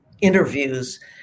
interviews